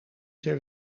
ter